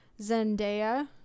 zendaya